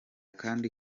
kandi